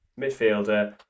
midfielder